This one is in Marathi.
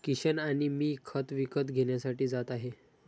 किशन आणि मी खत विकत घेण्यासाठी जात आहे